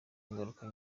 ingaruka